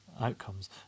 outcomes